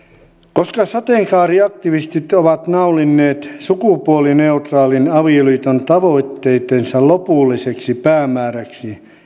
koska sateenkaariaktivistit ovat naulinneet sukupuolineutraalin avioliiton tavoitteidensa lopulliseksi päämääräksi